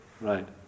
Right